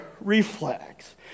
reflex